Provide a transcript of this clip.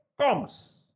comes